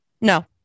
No